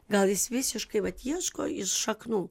gal jis visiškai vat ieško iš šaknų